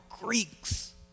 Greeks